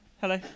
hello